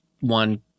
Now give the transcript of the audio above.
one